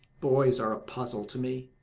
boys are a puzzle to me.